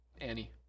Annie